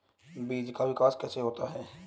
बीज का विकास कैसे होता है?